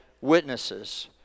witnesses